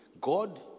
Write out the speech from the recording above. God